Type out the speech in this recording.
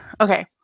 okay